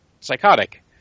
psychotic